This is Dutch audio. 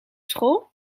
school